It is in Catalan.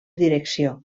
direcció